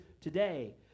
today